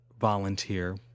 volunteer